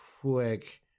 quick